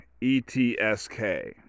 E-T-S-K